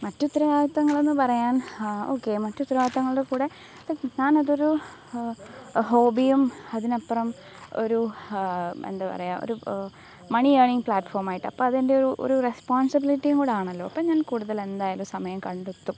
മറ്റുത്തരവാദിത്തങ്ങളെന്ന് പറയാന് ഓക്കെ മറ്റുത്തരവാദിത്തങ്ങളുടെ കൂടെ ഇപ്പോള് ഞാനതൊരു ഹോബിയും അതിനപ്പുറം ഒരു എന്താപറയുക ഒരു മണി ഏണിങ് പ്ലാറ്റ്ഫോമായിട്ട് അപ്പോള് അതെന്റെയൊരു ഒരു റെസ്പോണ്സിബിളിറ്റിയുംകൂടിയാണല്ലൊ അപ്പോള് ഞാന് കൂടുതലെന്തായാലും സമയം കണ്ടെത്തും